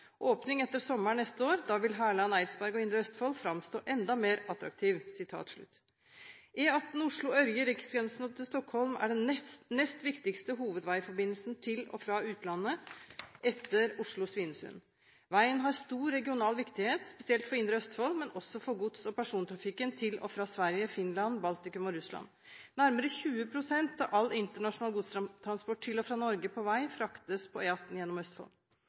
Åpning etter sommeren neste år. Da vil Hærland, Eidsberg og Indre Østfold fremstå enda mer attraktiv.» E18 Oslo–Ørje/Riksgrensen og til Stockholm er den nest viktigste hovedveiforbindelsen til og fra utlandet etter Oslo–Svinesund. Veien har stor regional viktighet, spesielt for indre Østfold, men også for gods- og persontrafikken til og fra Sverige, Finland, Baltikum og Russland. Nærmere 20 pst. av all internasjonal godstransport til og fra Norge på vei fraktes på E18 gjennom Østfold.